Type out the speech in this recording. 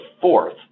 fourth